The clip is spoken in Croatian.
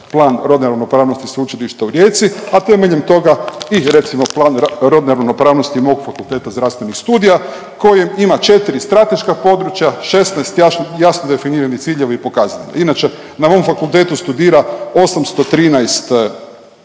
plan rodne ravnopravnosti Sveučilišta u Rijeci, a temeljem toga i recimo plan rodne ravnopravnosti mog Fakulteta zdravstvenih studija koji ima 4 strateška područja, 16 jasno definiranih ciljeva i pokazatelja. Inače na mom fakultetu studira 813 studenata